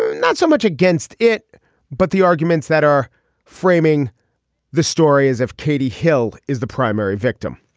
not so much against it but the arguments that are framing the story as if katie hill is the primary victim.